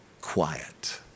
quiet